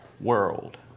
world